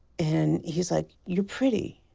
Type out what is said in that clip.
and he's like, you're pretty.